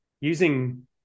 using